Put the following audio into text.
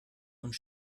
und